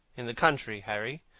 in the country, harry.